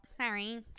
sorry